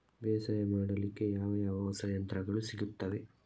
ಬೇಸಾಯ ಮಾಡಲಿಕ್ಕೆ ಯಾವ ಯಾವ ಹೊಸ ಯಂತ್ರಗಳು ಸಿಗುತ್ತವೆ?